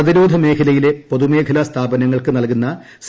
പ്രതിരോധ മേഖലയിലെ പൊതുമേഖലാ സ്ഥാപനങ്ങൾ നൽകുന്ന സി